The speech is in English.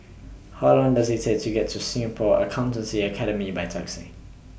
How Long Does IT Take to get to Singapore Accountancy Academy By Taxi